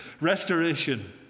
Restoration